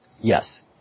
Yes